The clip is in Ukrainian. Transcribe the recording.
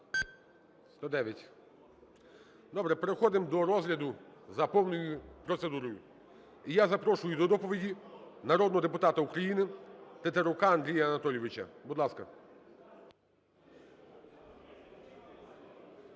За-109 Добре, переходимо до розгляду за повною процедурою. І я запрошую до доповіді народного депутата України Тетерука Андрія Анатолійовича. Будь ласка.